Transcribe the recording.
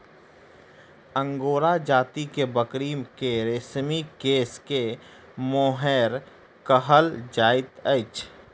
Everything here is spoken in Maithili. अंगोरा जाति के बकरी के रेशमी केश के मोहैर कहल जाइत अछि